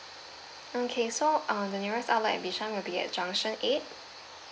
okay so uh the nearest outlets at bishan will be at junction eight